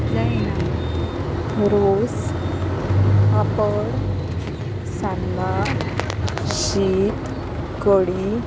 रोस पापड सान्नां शीत कडी